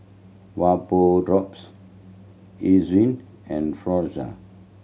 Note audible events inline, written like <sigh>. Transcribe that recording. Vapodrops <unintelligible> and <unintelligible>